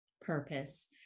purpose